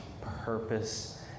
purpose